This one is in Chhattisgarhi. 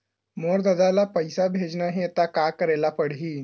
मोर ददा ल पईसा भेजना हे त का करे ल पड़हि?